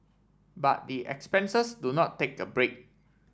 but the expenses do not take a break